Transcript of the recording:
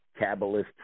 Kabbalists